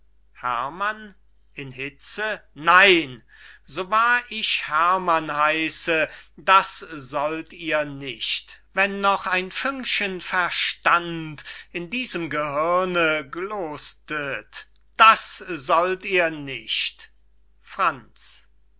hitze nein so wahr ich herrmann heisse das sollt ihr nicht wenn noch ein fünkchen verstand in diesem gehirne glostet das sollt ihr nicht franz